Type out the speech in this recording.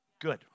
Good